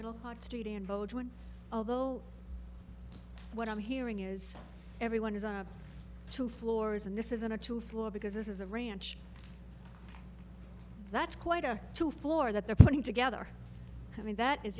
vote although what i'm hearing is everyone is on a two floors and this is an actual floor because this is a ranch that's quite a two floor that they're putting together i mean that is